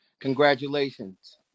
Congratulations